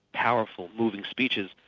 powerful, moving speeches.